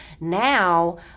now